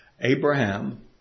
Abraham